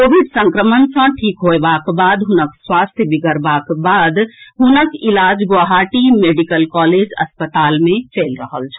Covid संक्रमण सँ ठीक होयबाक बाद हुनक स्वास्थ्य बिगड़बाक बाद हुनक इलाज गुवाहाटी मेडिकल कॉलेज अस्पताल मे चलि रहल छल